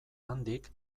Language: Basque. handik